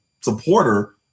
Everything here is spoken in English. supporter